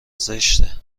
زشته